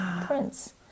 Prince